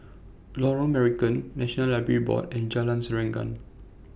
Lorong Marican National Library Board and Jalan Serengam